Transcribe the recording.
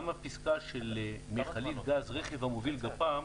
גם הפיסקה של מכלית גז רכב המוביל גפ"מ,